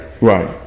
right